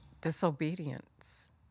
disobedience